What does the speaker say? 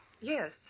Yes